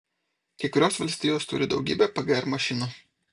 kai kurios valstijos turi daugybę pgr mašinų